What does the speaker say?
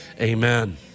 amen